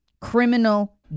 Criminal